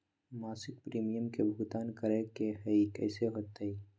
मासिक प्रीमियम के भुगतान करे के हई कैसे होतई?